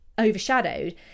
overshadowed